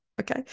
okay